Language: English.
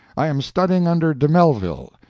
i am studying under de mellville,